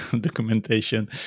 documentation